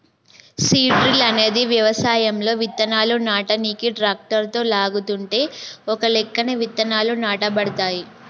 seed drill అనేది వ్యవసాయంలో విత్తనాలు నాటనీకి ట్రాక్టరుతో లాగుతుంటే ఒకలెక్కన విత్తనాలు నాటబడతాయి